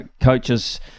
coaches